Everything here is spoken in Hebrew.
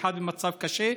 אחד במצב קשה,